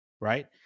Right